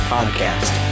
Podcast